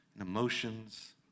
Emotions